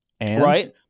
Right